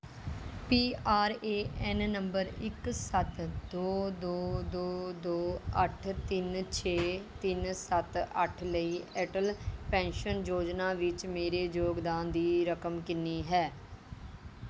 P R A N number ਇੱਕ ਸੱਤ ਦੋ ਦੋ ਦੋ ਦੋ ਅੱਠ ਤਿੰਨ ਛੇ ਤਿੰਨ ਸੱਤ ਅੱਠ ਲਈ ਅਟਲ ਪੈਨਸ਼ਨ ਯੋਜਨਾ ਵਿੱਚ ਮੇਰੇ ਯੋਗਦਾਨ ਦੀ ਰਕਮ ਕਿੰਨੀ ਹੈ